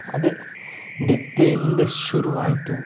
ಅದೇ ನೃತ್ಯ ಎಲ್ಲಿಂದ ಶುರುವಾಯಿತು